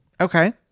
okay